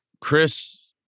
chris